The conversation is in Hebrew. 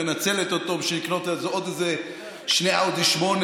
מנצלת אותו בשביל לקנות עוד איזה שני אאודי 8,